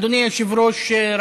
אדוני היושב-ראש,